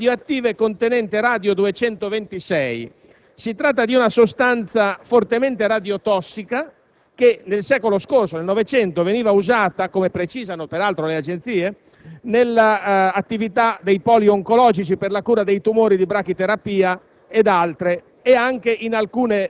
al sequestro di bussole radioattive contenenti radio 226. Si tratta di una sostanza fortemente radiotossica che nel secolo scorso (nel 1900) veniva usata, come precisano peraltro le agenzie, nell'attività dei poli oncologici per la cura dei tumori in brachiterapia